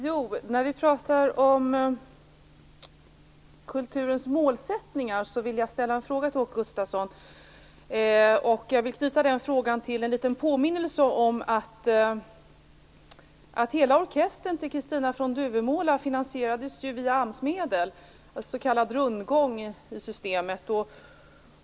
Fru talman! När vi pratar om kulturens målsättningar vill jag ställa en fråga till Åke Gustavsson och knyta den frågan till en liten påminnelse om att hela orkestern till Kristina från Duvemåla finansierades via AMS-medel, en s.k. rundgång i systemet.